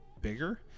bigger